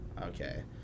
Okay